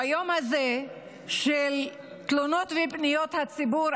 ביום הזה של תלונות ופניות הציבור,